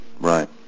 right